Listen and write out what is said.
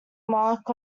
mark